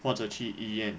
或则去医院